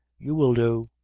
you will do!